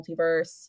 multiverse